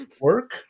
work